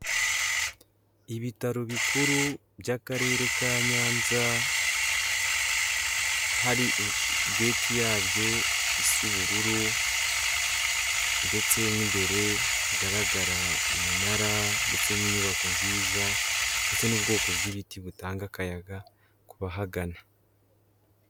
Ibitaro bikuru by'akarere ka Nyanza hari geti yabyo isa ubururu ndetse n'imbere hagaragara iminara ndetse n'inyubako nziza ndetse n'ubwoko bw'ibiti butanga akayaga ku bahagana.